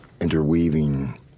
interweaving